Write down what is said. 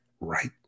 right